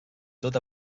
tot